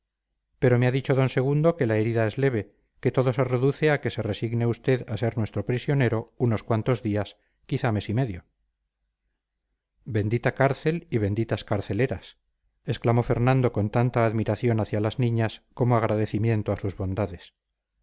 pero me ha dicho d segundo que la herida es leve que todo se reduce a que se resigne usted a ser nuestro prisionero unos cuantos días quizás mes y medio bendita cárcel y benditas carceleras exclamó fernando con tanta admiración hacia las niñas como agradecimiento a sus bondades